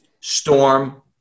Storm